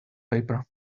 paper